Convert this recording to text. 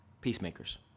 peacemakers